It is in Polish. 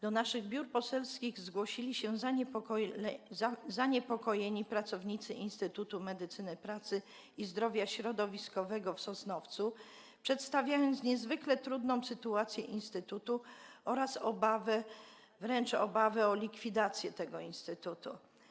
Do naszych biur poselskich zgłosili się zaniepokojeni pracownicy Instytutu Medycyny i Zdrowia Środowiskowego w Sosnowcu, przedstawiając niezwykle trudną sytuację instytutu oraz obawę o wręcz likwidacje tego instytutu.